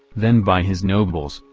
then by his nobles,